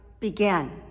began